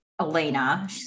Elena